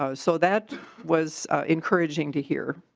so so that was encouraging to hear.